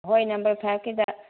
ꯍꯣꯏ ꯅꯝꯕꯔ ꯐꯥꯏꯚꯀꯤꯗ